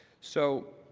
so